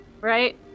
Right